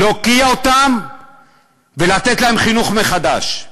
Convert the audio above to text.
להוקיע אותם ולתת להם חינוך מחדש,